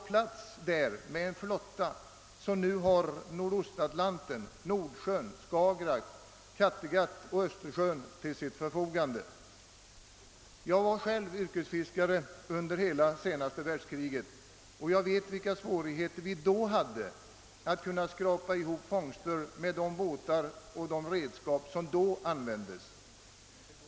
plats med en flotta som nu har Nordostatlanten, Nordsjön, Skagerack, Kattegatt och Östersjön till sitt förfogande? Jag var själv yrkesfiskare under hela senaste världskriget, och jag vet vilka svårigheter vi då hade att skrapa ihop fångster, med de båtar och de redskap som då användes.